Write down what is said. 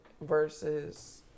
versus